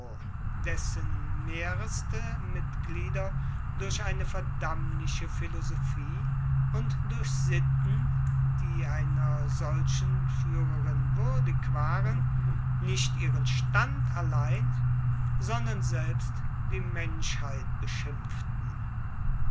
dessen mehreste mitglieder durch eine verdammliche philosophie und durch sitten die einer solchen führerin würdig waren nicht ihren stand allein sondern selbst die menschheit beschimpften